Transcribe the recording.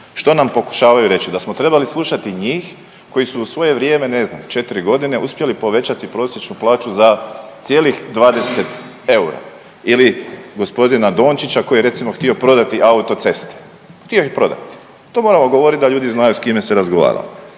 Što nam pokušavaju reći da smo trebali slušati njih koji su u svoje vrijeme ne znam četiri godine uspjeli povećati prosječnu plaću za cijelih 20 eura ili gospodina Dončića koji je recimo htio prodati autoceste, htio ih je prodati. To moramo govoriti da ljudi znaju s kime se razgovara.